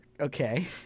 okay